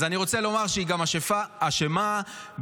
אז אני רוצה לומר שהיא גם אשמה בתהליך